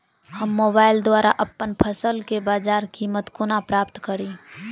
हम मोबाइल द्वारा अप्पन फसल केँ बजार कीमत कोना प्राप्त कड़ी?